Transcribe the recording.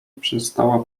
przestała